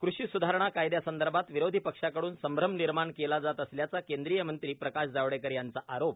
कृषि स्धारणा कायदया संदर्भात विरोधी पक्षाकडून संभम निर्माण केला जात असल्याचा केंद्रीय मंत्री प्रकाश जावडेकर यांचा आरोप